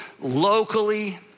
locally